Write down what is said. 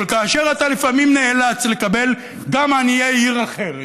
אבל כאשר אתה לפעמים נאלץ לקבל גם עניי עיר אחרת,